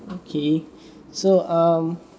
okay so um